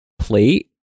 plate